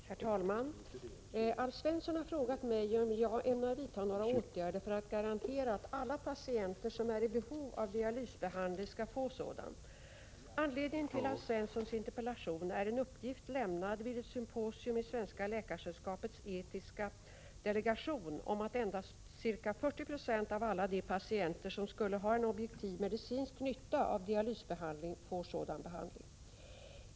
Herr talman! Alf Svensson har frågat mig om jag ämnar vidta några åtgärder för att garantera att alla patienter som är i behov av dialysbehandling skall få sådan. Anledningen till Alf Svenssons interpellation är en uppgift, lämnad vid ett symposium i Svenska Läkaresällskapets etiska delegation, om att endast ca 40 96 av alla de patienter som skulle ha en objektiv medicinsk nytta av dialysbehandling får sådan behandling.